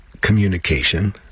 communication